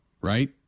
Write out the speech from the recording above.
right